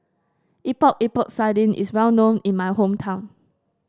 Epok Epok Sardin is well known in my hometown